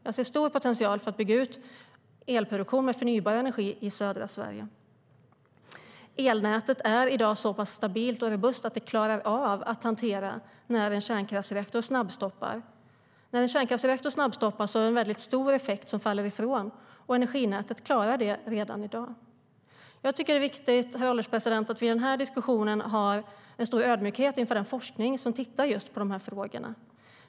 Jag ser en stor potential i att bygga ut elproduktionen med förnybart i södra Sverige.Elnätet är i dag så pass stabilt och robust att det klarar av att hantera en kärnkraftsreaktor som snabbstoppar. När en kärnkraftsreaktor snabbstoppar faller en stor effekt ifrån, och energinätet klarar det redan i dag. Det är viktigt, herr ålderspresident, att vi i den här diskussionen känner stor ödmjukhet inför den forskning som tittar på just de här frågorna.